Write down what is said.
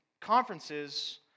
conferences